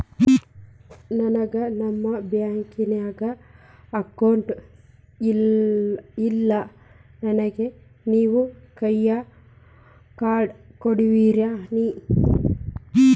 ನನ್ಗ ನಮ್ ಬ್ಯಾಂಕಿನ್ಯಾಗ ಅಕೌಂಟ್ ಇಲ್ರಿ, ನನ್ಗೆ ನೇವ್ ಕೈಯ ಕಾರ್ಡ್ ಕೊಡ್ತಿರೇನ್ರಿ?